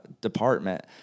department